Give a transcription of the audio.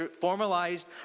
formalized